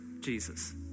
Jesus